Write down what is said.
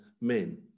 men